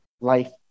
life